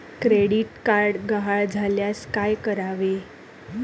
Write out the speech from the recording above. Credit card गहाळ झाल्यास काय करावे?